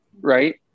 Right